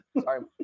Sorry